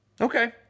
Okay